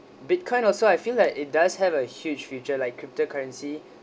bitcoin also I feel like it does have a huge future like crypto currency